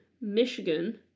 Michigan